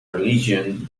religion